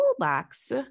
toolbox